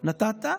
נתת?